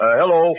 hello